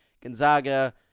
Gonzaga